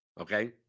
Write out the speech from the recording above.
Okay